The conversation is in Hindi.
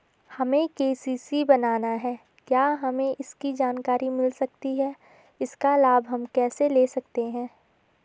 हमें के.सी.सी बनाना है क्या हमें इसकी जानकारी मिल सकती है इसका लाभ हम कैसे ले सकते हैं?